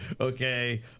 Okay